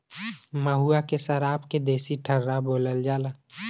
महुआ के सराब के देसी ठर्रा बोलल जाला